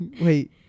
wait